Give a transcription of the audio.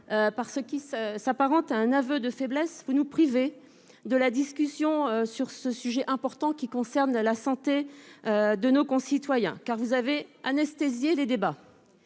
par ce qui s'apparente à un aveu de faiblesse, vous nous privez de la discussion sur ce sujet important, qui concerne la santé de nos concitoyens. De fait, vous avez anesthésié les débats.